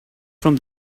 from